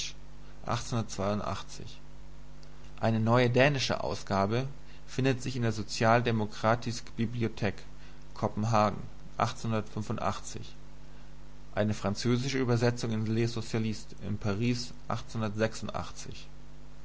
eine neue dänische ausgabe findet sich in der social demokratisk bibliotek kopenhagen eine neue französische übersetzung in le socialiste paris